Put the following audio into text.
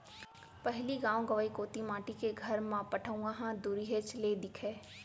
पहिली गॉव गँवई कोती माटी के घर म पटउहॉं ह दुरिहेच ले दिखय